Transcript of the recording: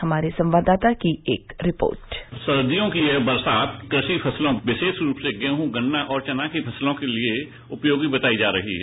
हमारे संवाददाता की एक रिपोर्ट सर्दियों की यह बरसात कृषि फसलों विशेष रूप से गेह गन्ना और चना की फसलों के लिए उपयोगी बताई जा रही है